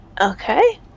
Okay